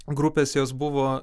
grupės jos buvo